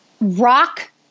rock